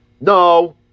No